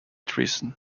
treason